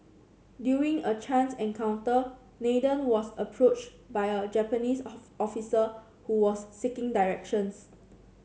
during a chance encounter Nathan was approached by a Japanese officer who was seeking directions